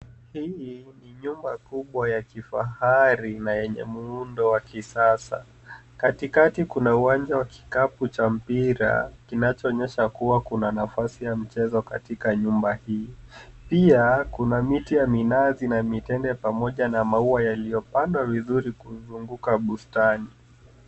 Hii ni nyumba kubwa ya kifahari na yenye muundo wa kisasa. Katikati kuna uwanja wa kikapu cha mpira, kinachoonyesha kuwa kuna nafasi ya michezo katika nyumba hii. Pia, kuna miti ya minazi na mitende pamoja na maua yaliyopandwa vizuri kuzunguka bustani.